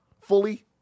fully